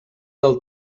del